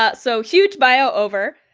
ah so huge bio over.